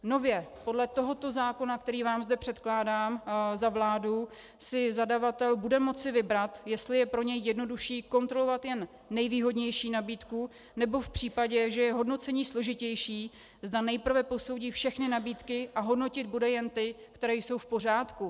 Nově podle tohoto zákona, který vám zde předkládám za vládu, si zadavatel bude moci vybrat, jestli je pro něj jednodušší kontrolovat jen nejvýhodnější nabídku, nebo v případě, že je hodnocení složitější, zda nejprve posoudí všechny nabídky a hodnotit bude jen ty, které jsou v pořádku.